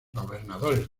gobernadores